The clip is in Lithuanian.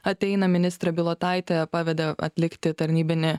ateina ministrė bilotaitė pavedė atlikti tarnybinį